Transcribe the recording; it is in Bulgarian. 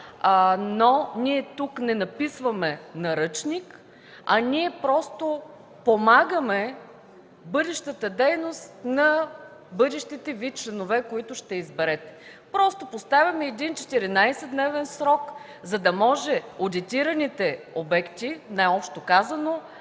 Ние тук не написваме наръчник, просто помагаме бъдещата дейност на бъдещите Ви членове, които ще изберете. Поставяме четиринадесетдневен срок, за да може одитираните обекти, най-общо казано,